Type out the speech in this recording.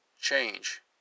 change